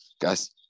Guys